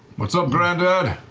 what's up, grandad?